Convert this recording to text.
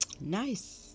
Nice